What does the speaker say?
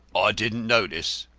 didn't notice,